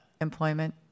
employment